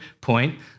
point